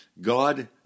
God